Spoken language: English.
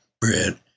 bread